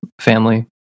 family